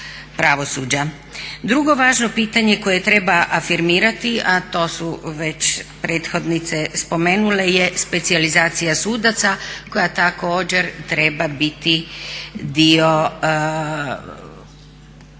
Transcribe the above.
Drugo važno pitanje koje treba afirmirati a to su već prethodnice spomenule je specijalizacija sudaca koja također treba biti dio